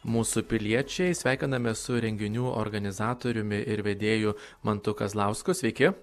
mūsų piliečiai sveikiname su renginių organizatoriumi ir vedėju mantu kazlausku sveiki